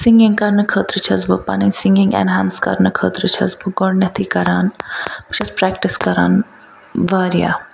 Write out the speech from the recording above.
singing کَرنہٕ خٲطرٕ چھَس بہٕ پَنٕنۍ سِنٛگِنٛگ اٮ۪نہانس کَرنہٕ خٲطرٕ چھَس بہٕ گۄڈٕنٮ۪تھٕے کَران بہٕ چھَس پرٛٮ۪کٹِس کَران واریاہ